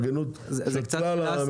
נגדו תביעות --- הם יעלו את המחיר.